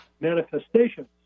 manifestations